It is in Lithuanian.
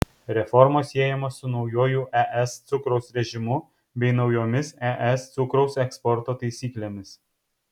reformos siejamos su naujuoju es cukraus režimu bei naujomis es cukraus eksporto taisyklėmis